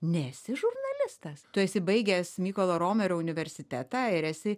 nesi žurnalistas tu esi baigęs mykolo romerio universitetą ir esi